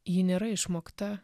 ji nėra išmokta